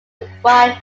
required